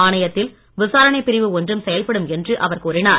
ஆணையத்தில் விசாரணை பிரிவு ஒன்றும் செயல்படும் என்று அவர் கூறினார்